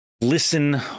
listen